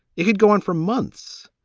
it could go on for months.